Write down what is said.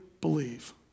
believe